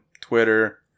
Twitter